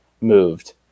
moved